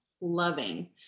loving